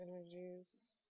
energies